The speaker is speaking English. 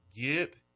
get